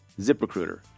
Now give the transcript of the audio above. ZipRecruiter